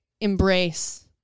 embrace